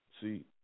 See